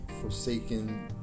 forsaken